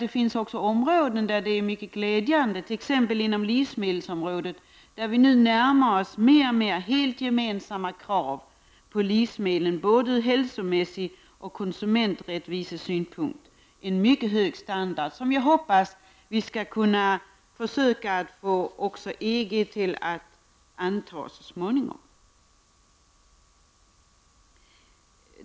Det finns också områden där utvecklingen är mycket glädjande, t.ex. livsmedelsområdet. Där närmar vi oss nu helt gemensamma krav på en mycket hög standard på livsmedel, både från hälsosynpunkt och från konsumenträttvisesynpunkt. Jag hoppas att vi också skall kunna få EG att anta dessa krav så småningom.